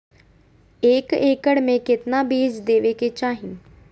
एक एकड़ मे केतना बीज देवे के चाहि?